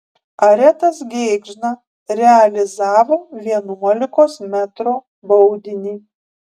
aretas gėgžna realizavo vienuolikos metrų baudinį